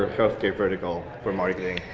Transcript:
health care vertical for marketing.